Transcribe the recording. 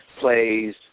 plays